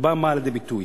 במה זה בא לידי ביטוי?